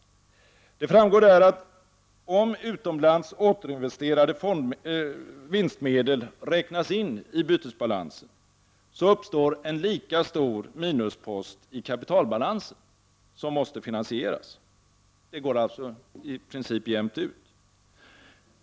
Det framgår där att om utomlands återinvesterade vinstmedel räknas in i bytesbalansen, uppstår en lika stor minuspost i kapitalbalansen som måste finansieras. Det går alltså i princip jämnt ut.